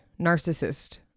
narcissist